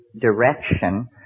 direction